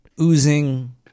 oozing